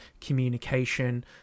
communication